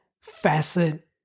facet